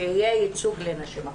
שיהיה ייצוג לנשים.